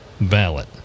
ballot